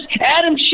Adam